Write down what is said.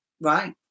right